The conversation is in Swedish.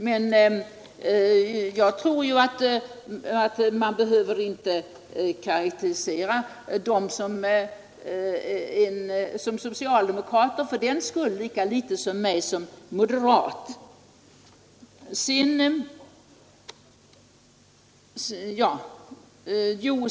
Men man behöver väl fördenskull inte karakterisera dem som socialdemokrater, lika litet som man behöver karakterisera mig som moderat.